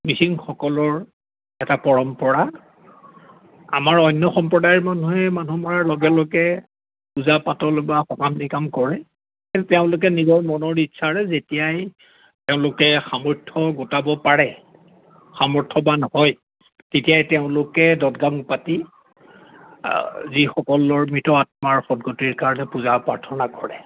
মিছিংসকলৰ এটা পৰম্পৰা আমাৰ অন্য সম্প্ৰদায়ৰ মানুহে মানুহ মৰাৰ লগে লগে পূজা পাতল বা সকাম নিকাম কৰে কিন্তু তেওঁলোকে নিজৰ মনৰ ইচ্ছাৰে যেতিয়াই তেওঁলোকে সামৰ্থ্য গোটাব পাৰে সামৰ্থ্যবান হয় তেতিয়াই তেওঁলোকে দত গাং পাতি যিসকলৰ মৃত আত্মাৰ সদ্গতিৰ কাৰণে পূজা প্ৰাৰ্থনা কৰে